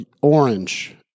orange